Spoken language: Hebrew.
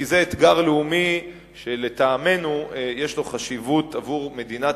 כי זה אתגר לאומי שלטעמנו יש לו חשיבות עבור מדינת